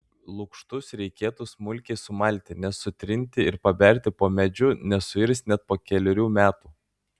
lukštus reikėtų smulkiai sumalti nes sutrinti ir paberti po medžiu nesuirs net po kelerių metų